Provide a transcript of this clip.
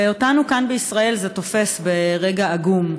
ואותנו כאן, בישראל, זה תופס ברגע עגום,